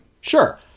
Sure